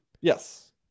Yes